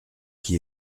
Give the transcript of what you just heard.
qui